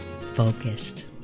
Focused